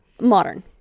Modern